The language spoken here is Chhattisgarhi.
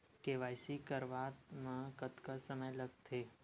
के.वाई.सी करवात म कतका समय लगथे?